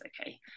okay